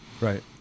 Right